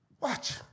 Watch